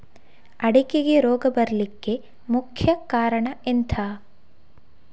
ಅಡಿಕೆಗೆ ರೋಗ ಬರ್ಲಿಕ್ಕೆ ಮುಖ್ಯ ಕಾರಣ ಎಂಥ?